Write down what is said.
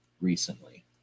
recently